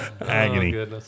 Agony